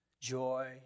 joy